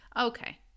Okay